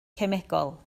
cemegol